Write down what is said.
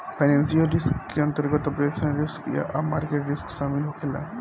financial risk के अंतर्गत operational risk आ मार्केट रिस्क शामिल होखे ला